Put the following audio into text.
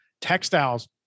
textiles